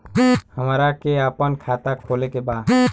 हमरा के अपना खाता खोले के बा?